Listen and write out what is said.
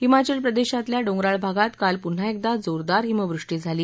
हिमाचल प्रदेशातल्या डोंगराळ भागात काल पुन्हा एकदा जोरदार हिमवृषी झाली